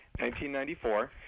1994